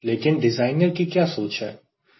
लेकिन डिज़ाइनर की क्या सोच है